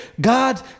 God